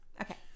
Okay